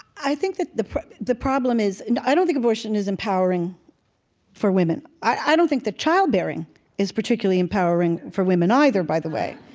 i think that the that the problem is and i don't think abortion is empowering for women. i don't think that childbearing is particularly empowering for women either, by the way.